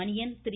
Maniyan Thiru